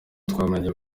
twamenya